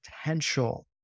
potential